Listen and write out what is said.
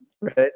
right